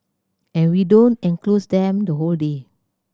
and we don't enclose them the whole day